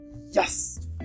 yes